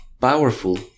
powerful